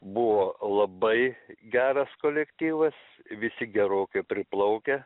buvo labai geras kolektyvas visi gerokai priplaukę